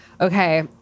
Okay